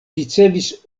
ricevis